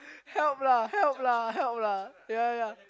help lah help lah help lah ya ya ya